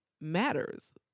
matters